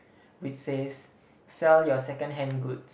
which says sell your second hand goods